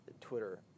Twitter